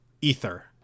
Ether